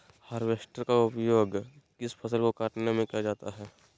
Harvester का उपयोग किस फसल को कटने में किया जाता है?